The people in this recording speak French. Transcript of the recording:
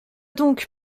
donc